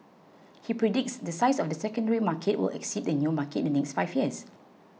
he predicts the size of the secondary market will exceed the new market in the next five years